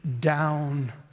down